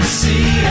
see